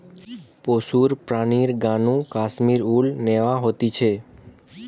পশুর প্রাণীর গা নু কাশ্মীর উল ন্যাওয়া হতিছে